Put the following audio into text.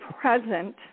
present